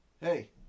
Hey